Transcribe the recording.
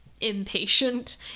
impatient